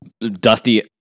dusty